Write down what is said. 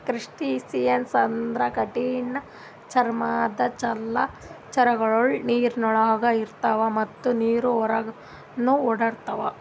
crustaceans ಅಥವಾ ಕಠಿಣ್ ಚರ್ಮದ್ದ್ ಜಲಚರಗೊಳು ನೀರಿನಾಗ್ನು ಇರ್ತವ್ ಮತ್ತ್ ನೀರ್ ಹೊರಗನ್ನು ಓಡಾಡ್ತವಾ